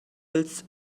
else